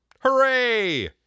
Hooray